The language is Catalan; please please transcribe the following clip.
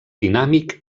dinàmic